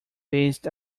based